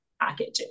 packaging